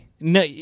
No